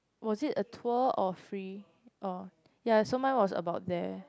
was it a tour or free orh ya so mine was about there